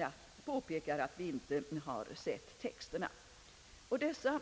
Jag påpekar än en gång, att vi inte har någon text att utgå från.